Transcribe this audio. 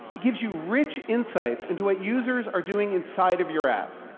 it gives you rich insights into what users are doing inside of your app.